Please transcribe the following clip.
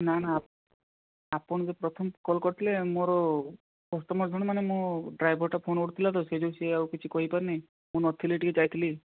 ନା ନା ଆପଣ ଯେ ପ୍ରଥମେ କଲ୍ କରିଥିଲେ ମୋର କଷ୍ଟମର୍ ଜଣେ ମାନେ ମୋ ଡ୍ରାଇଭରଟା ଫୋନ୍ ଉଠାଇଥିଲା ତ ସେଇ ଯୋଗୁଁ ସିଏ ଆଉ କିଛି କହିପାରିନି ମୁଁ ନଥିଲି ଟିକେ ଯାଇଥିଲି